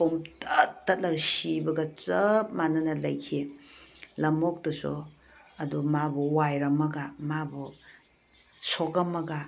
ꯄꯨꯡꯇꯠ ꯇꯠꯂꯒ ꯁꯤꯕꯒ ꯆꯞ ꯃꯥꯟꯅꯅ ꯂꯩꯈꯤ ꯂꯝꯑꯣꯛꯇꯨꯁꯨ ꯑꯗꯨ ꯃꯥꯕꯨ ꯋꯥꯏꯔꯝꯃꯒ ꯃꯥꯕꯨ ꯁꯣꯛꯑꯝꯃꯒ